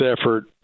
effort